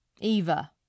Eva